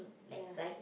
ya